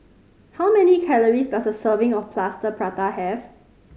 how many calories does a serving of Plaster Prata have